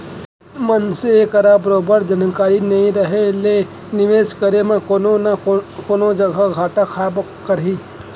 मनसे करा बरोबर जानकारी नइ रहें ले निवेस करे म कोनो न कोनो जघा घाटा खाबे करही